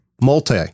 multi